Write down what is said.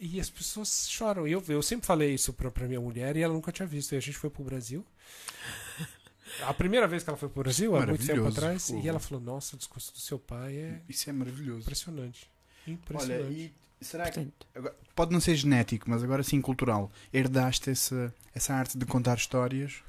E as pessoas choram. E eu- eu sempre falei isso pra- pra minha mulher e ela nunca tinha visto. E a gente foi pro Brasil. A primeira vez que ela foi pro Brasil, há muito tempo Maravilhoso, atrás, e ela porra. falou, "Nossa, o discurso do seu pai é Isso é maravilhoso. impressionante, Olha, impressionante." e será que- Portanto. agora- pode não ser genético, mas agora sim cultural. Herdaste esse- essa arte de contar histórias?